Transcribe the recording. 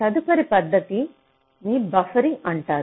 తదుపరి పద్ధతిని బఫరింగ్ అంటారు